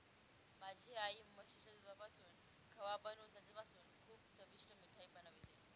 माझी आई म्हशीच्या दुधापासून खवा बनवून त्याच्यापासून खूप चविष्ट मिठाई बनवते